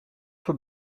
voor